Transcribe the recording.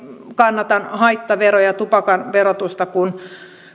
kannatan haittaveroja tupakan verotusta